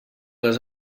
les